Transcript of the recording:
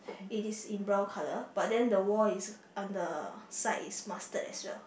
it is in brown colour but then the wall is on the side is mustard as well